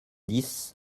dix